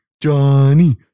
Johnny